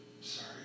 Sorry